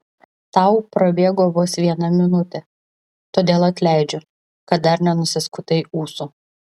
tau prabėgo vos viena minutė todėl atleidžiu kad dar nenusiskutai ūsų